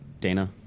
Dana